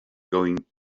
going